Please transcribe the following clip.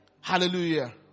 Hallelujah